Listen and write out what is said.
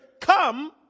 come